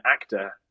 actor